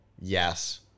yes